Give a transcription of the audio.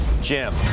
Jim